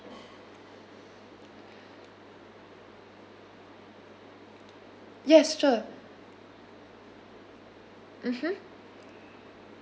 yes sure mmhmm